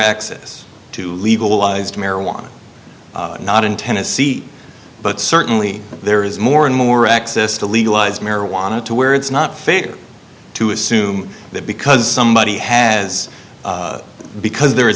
access to legalized marijuana not in tennessee but certainly there is more and more access to legalize marijuana to where it's not fair to assume that because somebody has because there is